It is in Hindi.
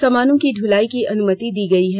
सामानों की दलाई की अनुमति दी गई है